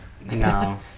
No